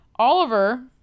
Oliver